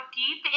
deep